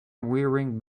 wearing